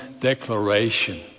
declaration